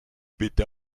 bitte